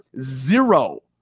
Zero